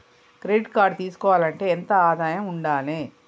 Credit card తీసుకోవాలంటే ఎంత ఆదాయం ఉండాలే?